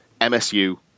MSU